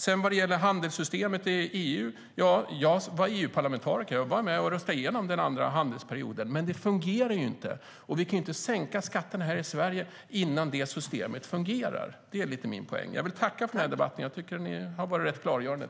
Vad sedan gäller handelssystemet i EU var jag EU-parlamentariker och var med om att rösta igenom den andra handelsperioden. Men det fungerar ju inte. Vi kan inte sänka skatterna här i Sverige innan det systemet fungerar. Det är min poäng. Jag vill tacka för den här debatten. Den har trots allt varit rätt klargörande.